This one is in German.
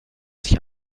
sich